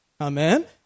Amen